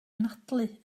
anadlu